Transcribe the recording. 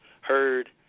heard